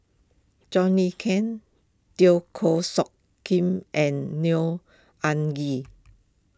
John Le Cain Teo Koh Sock Kim and Neo Anngee